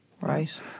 Right